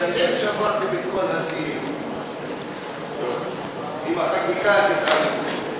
כי אתם שברתם את כל השיאים עם החקיקה הגזענית.